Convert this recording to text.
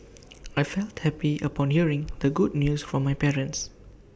I felt happy upon hearing the good news from my parents